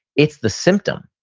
it's the symptom.